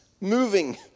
moving